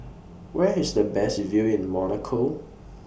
Where IS The Best View in Monaco